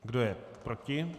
Kdo je proti?